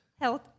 Health